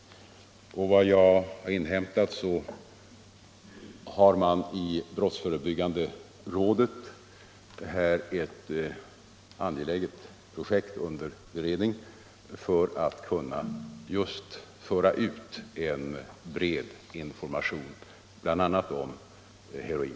Enligt vad jag inhämtat har man i brottsförebyggande rådets arbetsgrupp mot narkotika ett projekt under beredning för att kunna just föra ut en angelägen information, bl.a. om heroin.